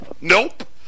Nope